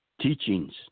teachings